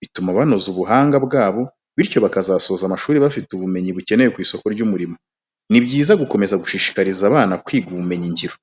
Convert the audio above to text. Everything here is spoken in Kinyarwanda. Bituma banoza ubuhanga bwabo, bityo bakazasoza amashuri bafite ubumenyi bukenewe ku isoko ry'umurimo. Ni byiza gukomeza gushishikariza abana kwiga ubumenyi ngiro.